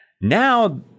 Now